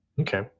Okay